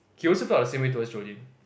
he also felt the same way towards Jolene